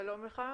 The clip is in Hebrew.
שלום לך.